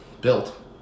built